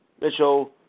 Mitchell